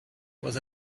was